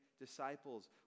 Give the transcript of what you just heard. disciples